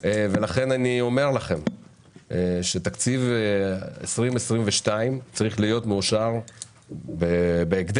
ולכן אני אומר לכם שתקציב 2022 צריך להיות מאושר בהקדם.